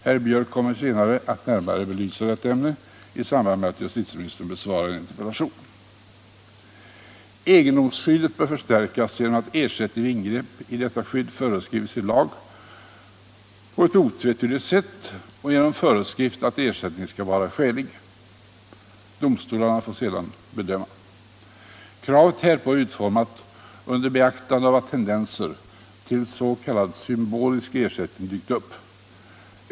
Herr Björck i Nässjö kommer senare att belysa detta ämne i samband med att justitieministern besvarar en interpellation. Egendomsskyddet bör förstärkas genom att ersättning vid ingrepp inskrivs i lag på ett otvetydigt sätt genom föreskrift om att ersättning skall vara skälig. Domstolarna får sedan bedöma. Kravet härpå är utformat under beaktande av att tendenser till s.k. symbolisk ersättning dykt upp.